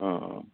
অঁ অঁ